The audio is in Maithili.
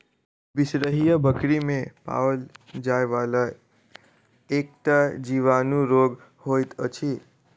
बिसरहिया बकरी मे पाओल जाइ वला एकटा जीवाणु रोग होइत अछि